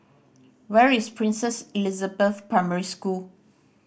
where is Princess Elizabeth Primary School